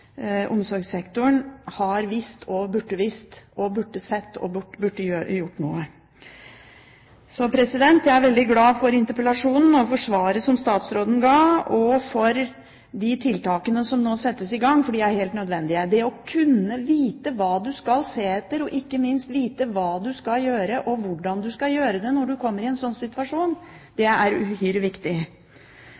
omsorgssektoren har visst – de burde visst, burde sett og burde gjort noe. Jeg er veldig glad for interpellasjonen, for svaret som statsråden ga og for de tiltakene som nå settes i gang, for de er helt nødvendige. Det å kunne vite hva du skal se etter, og ikke minst å vite hva du skal gjøre og hvordan du skal gjøre det når du kommer i en sånn situasjon,